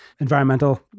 environmental